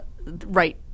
right